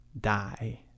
die